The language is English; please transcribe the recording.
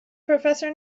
professor